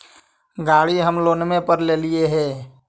गाड़ी हम लोनवे पर लेलिऐ हे?